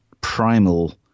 primal